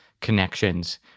connections